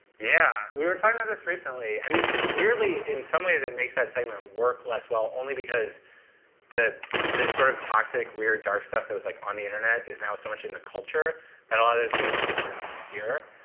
yeah, we were talking about this recently. i mean, weirdly, in some ways, it makes that segment work less well, only because the sort of toxic, weird, dark stuff that was like on the internet is now so much in the culture that a lot of these memes just aren't obscure.